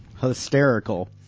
hysterical